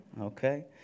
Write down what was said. okay